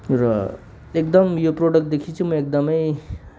र एकदम यो प्रोडक्टदेखि चाहिँ म एकदमै